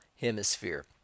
hemisphere